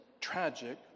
tragic